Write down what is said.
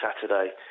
Saturday